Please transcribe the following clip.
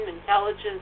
intelligence